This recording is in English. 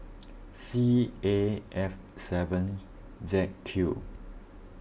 C A F seven Z Q